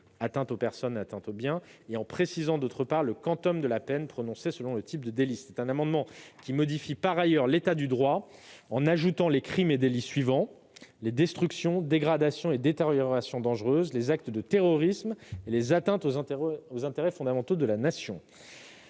atteinte aux personnes et atteinte aux biens -et, d'autre part, à la mention du quantum de la peine prononcée selon le type de délit. Cet amendement tend par ailleurs à modifier l'état du droit en ajoutant les crimes et délits suivants : les destructions, dégradations et détériorations dangereuses, les actes de terrorisme et les atteintes aux intérêts fondamentaux de la Nation.